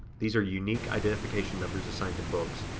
these are unique identification numbers assigned to books,